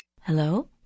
Hello